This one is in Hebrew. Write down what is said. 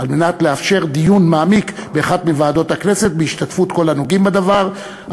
כדי לאפשר דיון מעמיק באחת מוועדות הכנסת בהשתתפות כל הנוגעים בדבר,